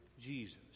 Jesus